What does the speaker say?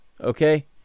Okay